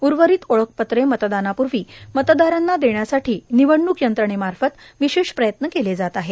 ऊर्वरित ओळखपत्रे मतदानापूर्वी मतदारांना देण्यासाठी निवडणूक यंत्रणेमार्फत विशेष प्रयत्न केले जात आहेत